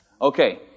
Okay